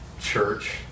church